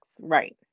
right